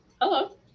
hello